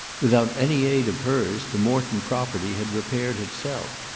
without any aid of hers the morton property had repaired itself.